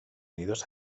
unidos